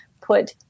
put